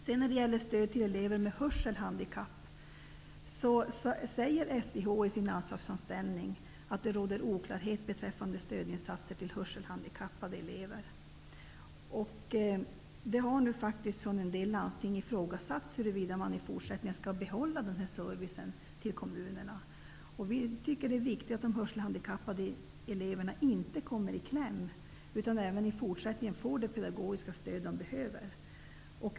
När det sedan gäller stöd till elever med hörselhandikapp säger SIH i sin anslagsframställning att det råder oklarhet beträffande stödinsatser till hörselhandikappade elever. Från en del landsting har det ifrågasatts huruvida man i fortsättningen skall behålla den här servicen till kommunerna. Vi tycker att det är viktigt att de hörselhandikappade eleverna inte kommer i kläm, utan även i fortsättningen får det pedagogiska stöd de behöver.